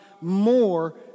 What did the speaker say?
more